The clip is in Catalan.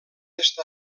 est